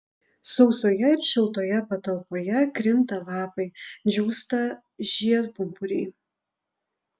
sausoje ir šiltoje patalpoje krinta lapai džiūsta žiedpumpuriai